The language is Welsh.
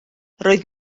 roedd